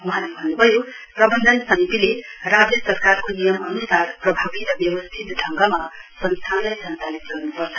वहाँले भन्न्भयो प्रवन्धन समितिले राज्य सरकारको नियम अन्सार प्रभावी र व्यवस्थित ढंगमा संस्थानलाई संचालित गर्न्पर्छ